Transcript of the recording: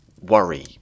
Worry